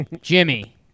Jimmy